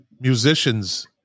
musicians